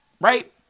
right